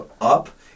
up